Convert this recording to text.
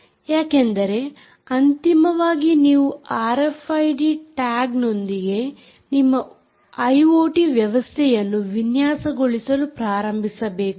ಯಾಕೆಂದರೆ ಅಂತಿಮವಾಗಿ ನೀವು ಆರ್ಎಫ್ಐಡಿ ಟ್ಯಾಗ್ ನೊಂದಿಗೆ ನಿಮ್ಮ ಐಓಟಿ ವ್ಯವಸ್ಥೆಯನ್ನು ವಿನ್ಯಾಸಗೊಳಿಸಲು ಪ್ರಾರಂಭಿಸಬೇಕು